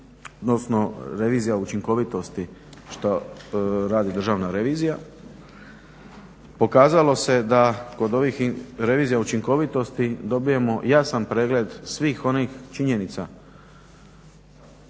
odnosno revizija učinkovitosti što radi Državna revizija. Pokazalo se da kod ovih revizija učinkovitosti dobijemo jasan pregled svih onih činjenica